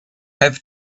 have